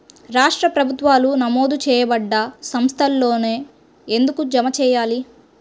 రాష్ట్ర ప్రభుత్వాలు నమోదు చేయబడ్డ సంస్థలలోనే ఎందుకు జమ చెయ్యాలి?